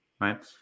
Right